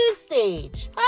stage